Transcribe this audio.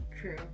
True